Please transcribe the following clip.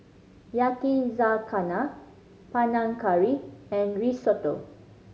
Yakizakana Panang Curry and Risotto